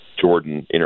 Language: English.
Jordan